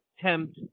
tempt